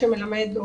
הוא אמר לך.